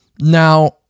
Now